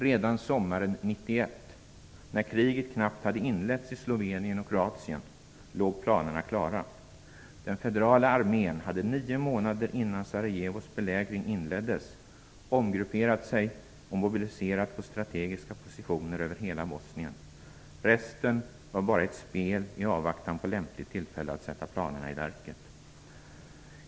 Redan sommaren 1991 - när kriget knappt hade inletts i Slovenien och Sarajevos belägring inleddes hade den federala armén omgrupperat sig och mobiliserat på strategiska positioner över hela Bosnien. Resten var bara ett spel i avvaktan på lämpligt tillfälle att sätta planerna i verket.